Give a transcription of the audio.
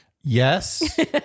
Yes